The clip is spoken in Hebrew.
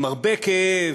עם הרבה כאב,